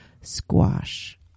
squash